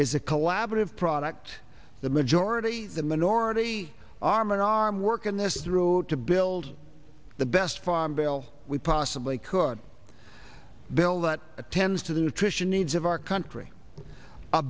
is a collaborative product the majority the minority arm in arm work in this route to build the best farm bill we possibly could bill that attends to the nutrition needs of our country a